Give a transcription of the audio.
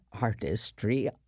artistry